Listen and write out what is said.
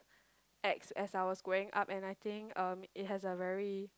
acts as I was growing up and I think um it has a very